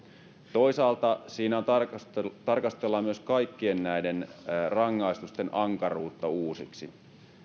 toisaalta siinä tarkastellaan myös kaikkien näiden rangaistusten ankaruutta uusiksi